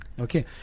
Okay